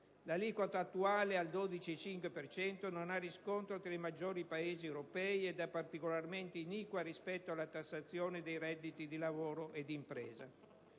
L'aliquota attuale al 12,5 per cento non ha riscontro tra i maggiori Paesi europei ed è particolarmente iniqua rispetto alla tassazione dei redditi di lavoro e di impresa.